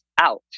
out